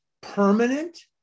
permanent